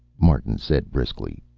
martin said briskly.